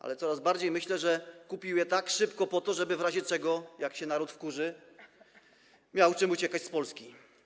Ale coraz częściej myślę, że kupił je tak szybko po to, żeby w razie czego, jak się naród wkurzy, miał czym uciekać z Polski.